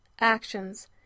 actions